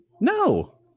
no